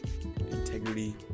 integrity